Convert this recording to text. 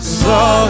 saw